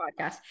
podcast